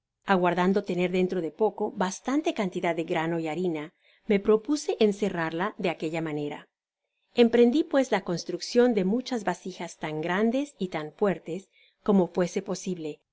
aguardando tener dentro de poco bastante cantidad de grano y harina me propuse encerrarla de aquella manera emprendi pues la construccion de muchas vasijas tan grandes y tan fuertes como fuese posible